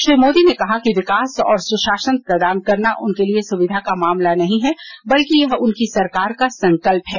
श्री मोदी ने कहा कि विकास और सुशासन प्रदान करना उनके लिए सुविधा का मामला नहीं है बल्कि यह उनकी सरकार का संकल्प है